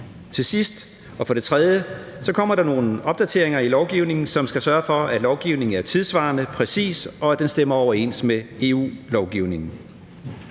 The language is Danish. tidspunkt. For det tredje og sidste kommer der nogle opdateringer i lovgivningen, som skal sørge for, at lovgivningen er tidssvarende, præcis, og at den stemmer overens med EU-lovgivningen.